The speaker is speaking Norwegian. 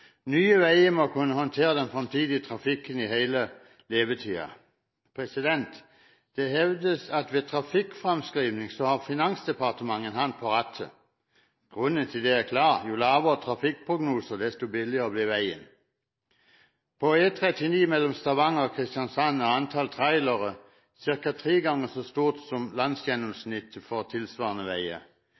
Nye veier må kunne håndtere den fremtidige trafikken i hele levetiden. Det hevdes at ved trafikkfremskriving har Finansdepartementet en hånd på rattet. Grunnen til det er klar: Jo lavere trafikkprognoser desto billigere blir veien. På E39 mellom Stavanger og Kristiansand er antall trailere ca. tre ganger så høyt som landsgjennomsnittet på tilsvarende veier.